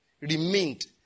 remained